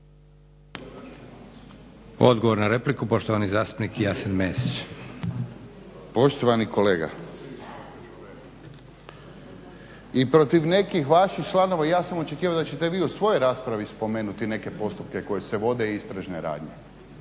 Odgovor na repliku poštovani zastupnik Jasen Mesić. **Mesić, Jasen (HDZ)** Poštovani kolega i protiv nekih vaših članova i ja sam očekivao da ćete vi u svojoj raspravi spomenuti neke postupke koji se vode i istražne radnje